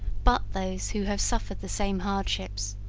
but those who have suffered the same hardships.